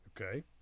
Okay